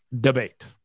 Debate